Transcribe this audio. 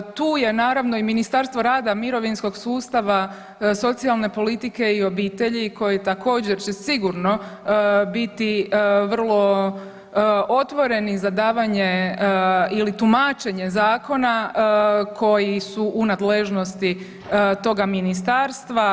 Tu je naravno i Ministarstvo rada, mirovinskog sustava, socijalne politike i obitelji koji također će sigurno biti vrlo otvoreni za davanje ili tumačenje zakona koji su u nadležnosti toga ministarstva.